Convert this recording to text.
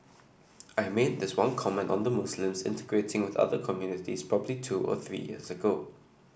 I made this one comment on the Muslims integrating with other communities probably two or three years ago